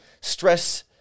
stress –